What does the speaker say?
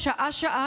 ושעה-שעה,